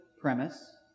premise